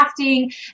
crafting